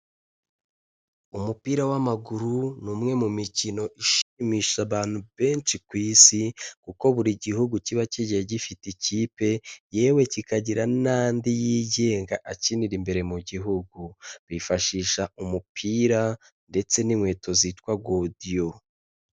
Umupira w'amaguru ni umwe mu mikino ishimisha abantu benshi ku isi kuko buri gihugu kiba kigiye gifite ikipe, yewe kikagira n'andi yigenga akinira imbere mu gihugu, bifashisha umupira ndetse n'inkweto zitwa godiyo.